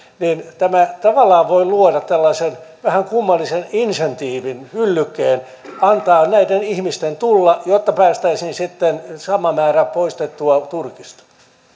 voi tavallaan luoda tällaisen vähän kummallisen insentiivin yllykkeen antaa näiden ihmisten tulla jotta saataisiin sitten sama määrä poistettua turkista